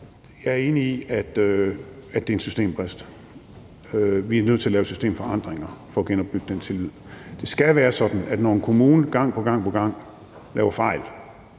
Jeg er enig i, at det er en systembrist. Vi er nødt til at lave systemforandringer for at genopbygge den tillid. Det skal være sådan, at når en kommune gang på gang laver fejl,